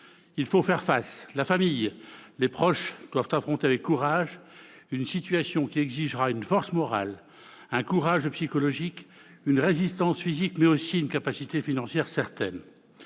Il faut faire face ! La famille, les proches doivent affronter avec courage une situation qui exigera non seulement de la force morale et psychologique, de la résistance physique, mais aussi une capacité financière certaine.